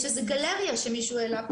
יש גלריה שמישהו העלה פה,